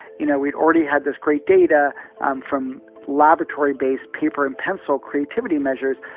you know, we already had this great data um from laboratory-based, paper-and-pencil creativity measures,